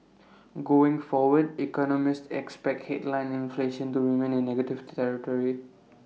going forward economists expect headline inflation to remain in negative territory